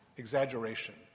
exaggeration